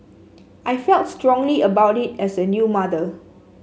I felt strongly about it as a new mother